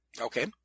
Okay